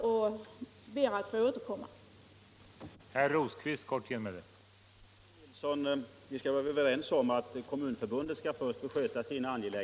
Jag ber att få återkomma till dem.